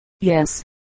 Yes